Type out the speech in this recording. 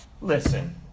listen